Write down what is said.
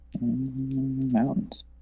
Mountains